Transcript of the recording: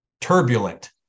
turbulent